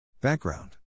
Background